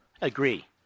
agree